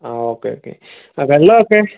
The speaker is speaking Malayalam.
ആ ഓക്കേ ഓക്കേ വെള്ളം ഒക്കെ